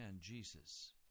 Jesus